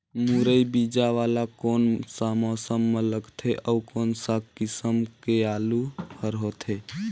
मुरई बीजा वाला कोन सा मौसम म लगथे अउ कोन सा किसम के आलू हर होथे?